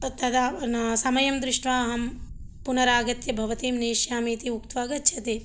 तत् तदा न समयं दृष्ट्वा अहं पुनरागत्य भवतीं नेष्यामि इति उक्त्वा गच्छति